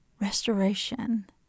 restoration